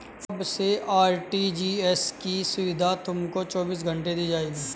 अब से आर.टी.जी.एस की सुविधा तुमको चौबीस घंटे दी जाएगी